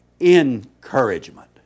encouragement